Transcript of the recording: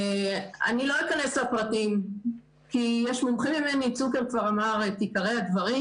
אני לא אכנס לפרטים כי יש מומחים ממני צוקר כבר אמר את עיקרי הדברים